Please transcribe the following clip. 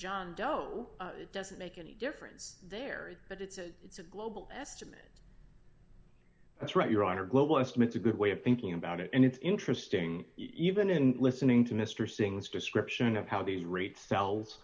john doe it doesn't make any difference there but it's a it's a global estimate that's right your honor global estimates a good way of thinking about it and it's interesting even in listening to mr singh's description of how the rate cells